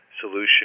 solution